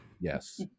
Yes